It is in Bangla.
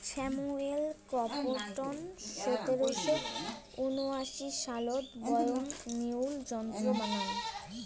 স্যামুয়েল ক্রম্পটন সতেরশো উনআশি সালত বয়ন মিউল যন্ত্র বানাং